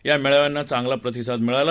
या मेळाव्यांना चांगला प्रतिसाद मिळाला